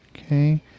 Okay